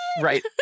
Right